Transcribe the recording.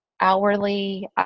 hourly